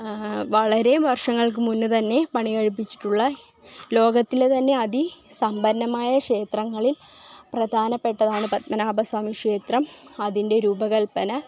വളരെ വർഷങ്ങൾക്ക് മുന്നെ തന്നെ പണി കഴിപ്പിച്ചിട്ടുള്ള ലോകത്തിലെ തന്നെ അതിസമ്പന്നമായ ക്ഷേത്രങ്ങളിൽ പ്രധാനപ്പെട്ടതാണ് പത്മനാഭ സ്വാമി ക്ഷേത്രം അതിൻ്റെ രൂപകൽപ്പന